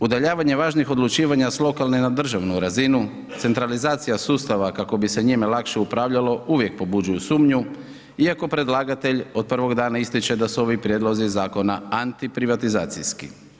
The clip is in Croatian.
Udaljavanje važnih odlučivanja sa lokalne na državnu razinu, centralizacija sustava kako bi se njime lakše upravljalo, uvijek pobuđuju sumnju iako predlagatelj od prvog dana ističe da su ovi prijedlozi zakona antiprivatizacijski.